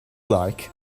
like